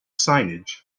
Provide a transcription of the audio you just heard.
signage